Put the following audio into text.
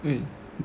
wait